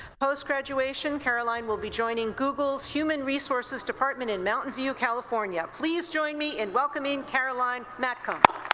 post-graduation, caroline will be joining google's human resources department in mountain view, california. please join me in welcoming caroline matkom.